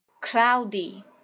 cloudy